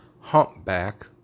humpback